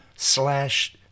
slash